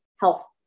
health